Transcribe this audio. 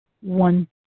one